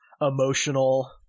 emotional